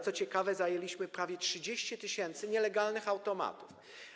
Co ciekawe, zajęliśmy prawie 30 tys. nielegalnych automatów.